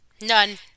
None